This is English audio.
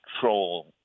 Troll